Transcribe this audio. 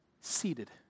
seated